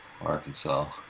Arkansas